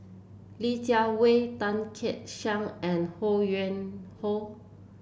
Li Jiawei Tan Kek Hiang and Ho Yuen Hoe